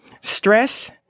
stress